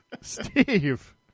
Steve